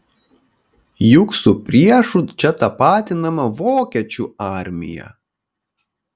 juk su priešu čia tapatinama vokiečių armija